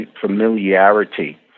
familiarity